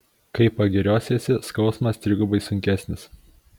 kai pagiriosiesi skausmas trigubai sunkesnis